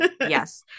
Yes